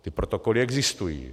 Ty protokoly existují.